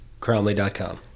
Cromley.com